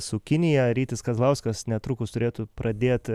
su kinija rytis kazlauskas netrukus turėtų pradėti